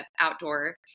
outdoor